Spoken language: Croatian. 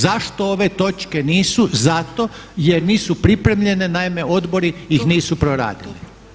Zašto ove točke nisu, zato jer nisu pripremljene, naime odbori ih nisu proradili.